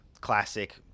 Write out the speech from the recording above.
classic